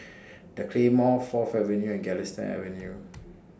The Claymore Fourth Avenue and Galistan Avenue